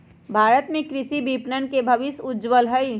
भारत में कृषि विपणन के भविष्य उज्ज्वल हई